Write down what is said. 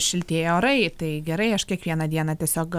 šiltėja orai tai gerai aš kiekvieną dieną tiesiog